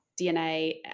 DNA